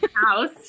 house